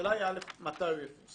השאלה היא מתי הוא יפורסם,